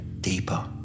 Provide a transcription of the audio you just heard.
deeper